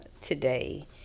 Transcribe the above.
today